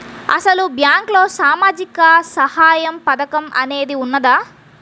అసలు బ్యాంక్లో సామాజిక సహాయం పథకం అనేది వున్నదా?